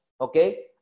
okay